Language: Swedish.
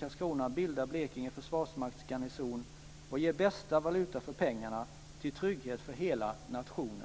Karlskrona bilda Blekinge försvarsmaktsgarnison och ge bästa valuta för pengarna - till trygghet för hela nationen.